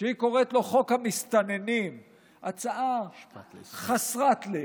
היא קוראת לו "חוק המסתננים"; הצעה חסרת לב,